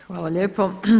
Hvala lijepo.